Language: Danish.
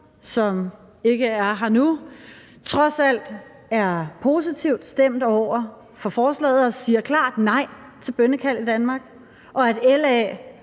som ikke er her nu, trods alt er positivt stemt over for forslaget og siger klart nej til bønnekald i Danmark, og at LA